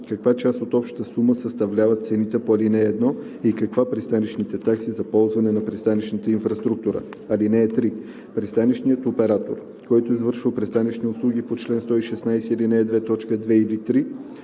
каква част от общата сума съставляват цените по ал. 1 и каква – пристанищните такси за ползване на пристанищната инфраструктура. (3) Пристанищният оператор, който извършва пристанищни услуги по чл. 116, ал. 2, т. 2 или 3,